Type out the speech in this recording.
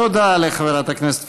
תודה לחברת הכנסת פדידה.